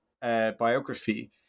biography